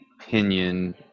opinion